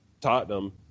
Tottenham